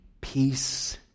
peace